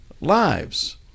lives